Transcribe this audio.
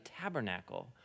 tabernacle